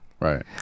Right